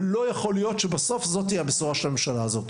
ולא יכול להיות שבסוף זו תהיה הבשורה של הממשלה הזו.